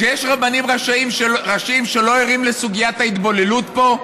כשיש רבנים ראשיים שלא יורדים לסוגיית ההתבוללות פה?